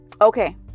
okay